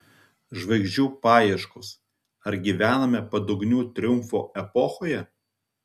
žvaigždžių paieškos ar gyvename padugnių triumfo epochoje